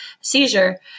seizure